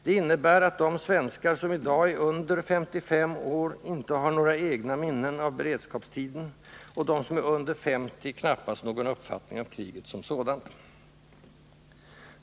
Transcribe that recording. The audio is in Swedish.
Det innebär att de svenskar som i dag är under 55 år inte har några egna minnen av beredskapstiden, och de som är under 50 knappast någon uppfattning av kriget som sådant.